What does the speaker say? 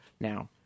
Now